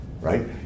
right